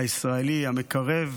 הישראלי, המקרב,